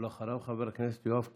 ואחריו, חבר הכנסת יואב קיש.